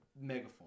megaphone